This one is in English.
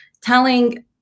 telling